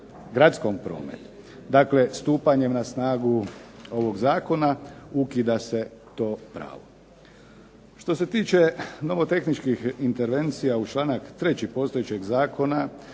gradskom prometu. Dakle, stupanjem na snagu ovog zakona ukida se to pravo. Što se tiče nomotehničkih intervencija u članak 3. postojećeg zakona